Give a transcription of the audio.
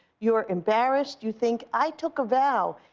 you're embarrassed. you think i took a vow.